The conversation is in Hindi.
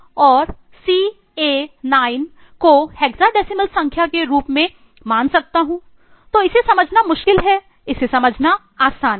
तो इसे समझना मुश्किल है इसे समझना आसान है